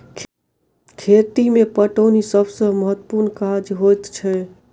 खेती मे पटौनी सभ सॅ महत्त्वपूर्ण काज होइत छै